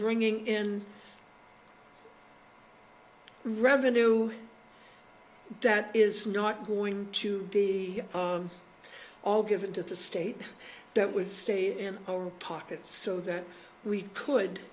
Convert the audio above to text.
bringing in revenue that is not going to be all given to the state that with state in our pockets so that we could